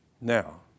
Now